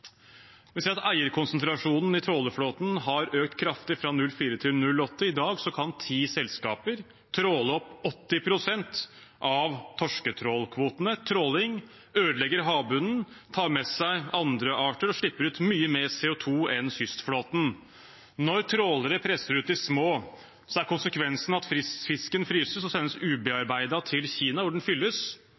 Vi ser at eierkonsentrasjonen i trålerflåten har økt kraftig fra 2004 til 2018. I dag kan ti selskaper tråle opp 80 pst. av torsketrålkvotene. Tråling ødelegger havbunnen, tar med seg andre arter og slipper ut mye mer CO 2 enn kystflåten. Når trålere presser ut de små, er konsekvensen at fisken fryses og sendes ubearbeidet til Kina, hvor den fylles